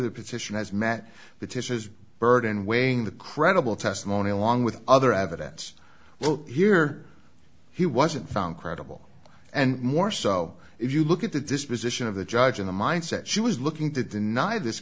the petition has met the tish's burden weighing the credible testimony along with other evidence well here he wasn't found credible and more so if you look at the disposition of the judge in the mind set she was looking to deny this